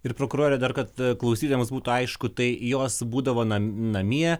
ir prokurorė dar kad klausytojams būtų aišku tai jos būdavo na namie